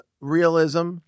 realism